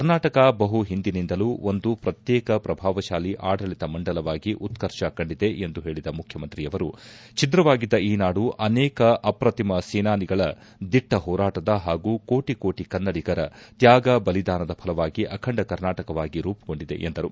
ಕರ್ನಾಟಕ ಬಹು ಹಿಂದಿನಿಂದಲೂ ಒಂದು ಪ್ರತ್ಯೇಕ ಪ್ರಭಾವತಾಲಿ ಆಡಳಿತ ಮಂಡಲವಾಗಿ ಉತ್ಕರ್ಷ ಕಂಡಿದೆ ಎಂದು ಹೇಳಿದ ಮುಖ್ಚಮಂತ್ರಿಯವರು ಛಿದ್ರವಾಗಿದ್ದ ಈ ನಾಡು ಅನೇಕ ಅಪ್ರತಿಮ ಸೇನಾನಿಗಳ ದಿಟ್ಟ ಹೋರಾಟದ ಹಾಗೂ ಕೋಟಿ ಕೋಟಿ ಕನ್ನಡಿಗರ ತ್ಯಾಗ ಬಲಿದಾನದ ಫಲವಾಗಿ ಅಖಂಡ ಕರ್ನಾಟಕವಾಗಿ ರೂಪುಗೊಂಡಿದೆ ಎಂದರು